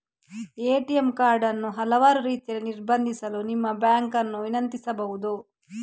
ATM card ಅನ್ನು ಹಲವಾರು ರೀತಿಯಲ್ಲಿ ನಿರ್ಬಂಧಿಸಲು ನಿಮ್ಮ ಬ್ಯಾಂಕ್ ಅನ್ನು ವಿನಂತಿಸಬಹುದು